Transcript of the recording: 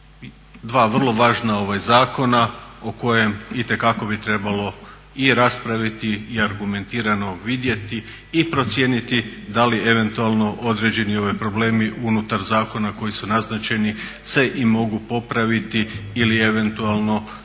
dva vrlo važna zakona o kojem itekako bi trebalo i raspraviti i argumentirano vidjeti i procijeniti da li eventualno određeni problemi unutar zakona koji su naznačeni se i mogu popraviti ili eventualno